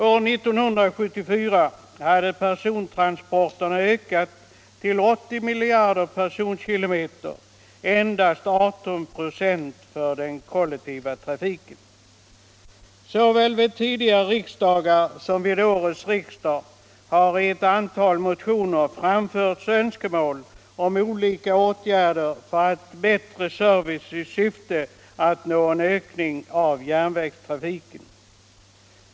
År 1974 hade persontransporterna ökat till 80 miljarder personkilometer, varav endast 18 26 faller på den kollektiva trafiken. Såväl vid tidigare riksdagar som vid årets riksdag har i ett antal motioner framförts önskemål om olika åtgärder för bättre service i syfte att uppnå en ökning av järnvägstrafiken.